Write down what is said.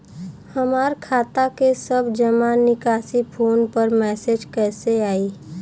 हमार खाता के सब जमा निकासी फोन पर मैसेज कैसे आई?